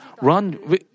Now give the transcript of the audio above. run